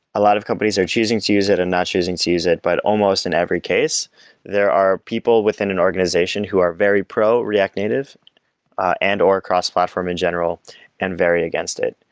a lot of companies are choosing to use it and not choosing to use it, but almost in every case there are people within an organization who are very pro react native and or cross-platform in general and very against it.